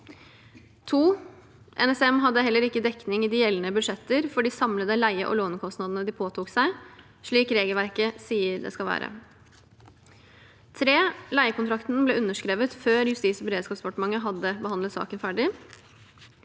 2. NSM hadde heller ikke dekning i de gjeldende budsjetter for de samlede leie- og lånekostnadene de påtok seg, slik regelverket sier det skal være. 3. Leiekontrakten ble underskrevet før Justis- og beredskapsdepartementet hadde behandlet saken ferdig.